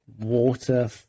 water